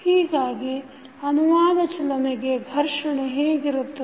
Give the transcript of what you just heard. ಹೀಗಾಗಿ ಅನುವಾದ ಚಲನೆಗೆ ಘರ್ಷಣೆ ಹೇಗಿರುತ್ತದೆ